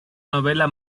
novela